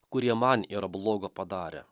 kurie man yra blogo padarę